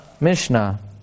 Mishnah